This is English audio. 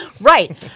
right